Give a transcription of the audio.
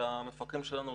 המפקחים שלנו,